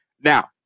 Now